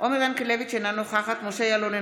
עומר ינקלביץ' אינה נוכחת משה יעלון,